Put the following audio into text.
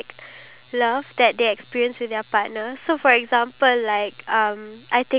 so the husband even though they're already married the husband still needs to fight for the woman